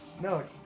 No